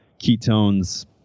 ketones